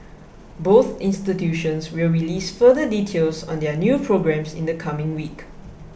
both institutions will release further details on their new programmes in the coming week